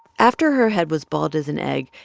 after her head was bald as an egg,